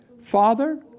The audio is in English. Father